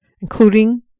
including